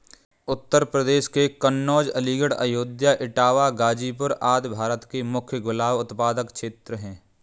उत्तर प्रदेश के कन्नोज, अलीगढ़, अयोध्या, इटावा, गाजीपुर आदि भारत के मुख्य गुलाब उत्पादक क्षेत्र हैं